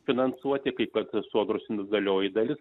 finansuoti kad sodrus individualioji dalis